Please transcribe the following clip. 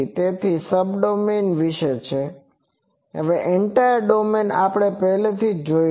તેથી આ સબડોમેઇન વિશે છે હવે એન્ટાયર ડોમેઈનને આપણે પહેલેથી જ જોયું છે